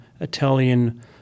Italian